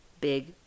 big